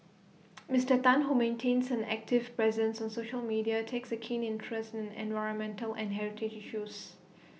Mister Tan who maintains an active presence on social media takes A keen interest in environmental and heritage issues